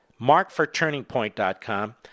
markforturningpoint.com